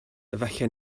efallai